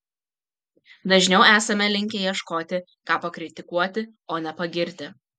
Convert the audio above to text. dažniau esame linkę ieškoti ką pakritikuoti o ne pagirti